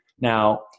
Now